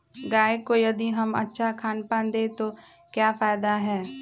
गाय को यदि हम अच्छा खानपान दें तो क्या फायदे हैं?